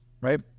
right